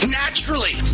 naturally